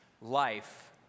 life